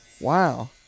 wow